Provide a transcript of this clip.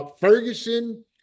Ferguson